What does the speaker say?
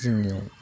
जोंनियाव